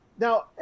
Now